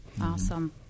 Awesome